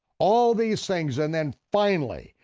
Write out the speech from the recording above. all these things, and then finally,